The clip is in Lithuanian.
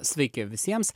sveiki visiems